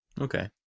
Okay